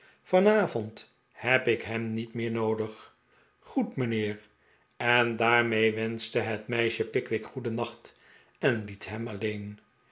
vanavond heb ik hem niet meer noodig goed mijnheer en daarmee wenschte het meisje pickwick goedennacht en liet hem alleen